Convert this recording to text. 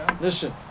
Listen